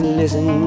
listen